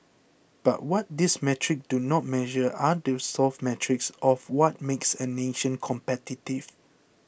but what these metrics do not measure are the soft metrics of what makes a nation competitive